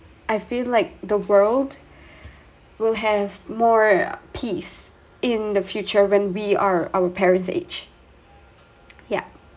I feel like the world will have more peace in the future when we are our parents age yeah